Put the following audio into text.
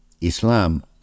islam